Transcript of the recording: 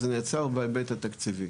זה נעצר בהיבט התקציבי.